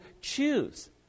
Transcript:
choose